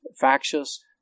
factious